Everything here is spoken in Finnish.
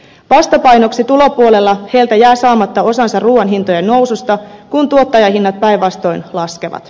vastapainoksi tulopuolella heiltä jää saamatta osansa ruuan hintojen noususta kun tuottajahinnat päinvastoin laskevat